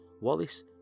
Wallace